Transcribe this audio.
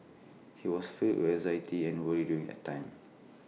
he was filled with anxiety and worry during that time